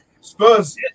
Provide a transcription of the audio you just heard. Spurs